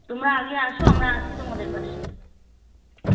তোমরা আগিয়ে আসো আমরা আছি তোমাদের পাশে